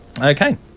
Okay